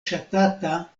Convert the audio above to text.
ŝatata